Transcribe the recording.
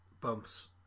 bumps